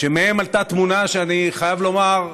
שמהן עלתה תמונה שאני חייב לומר,